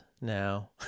now